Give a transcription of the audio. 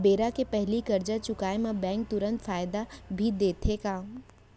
बेरा के पहिली करजा चुकोय म बैंक तुरंत फायदा भी देथे का?